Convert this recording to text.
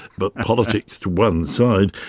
but politics to one side,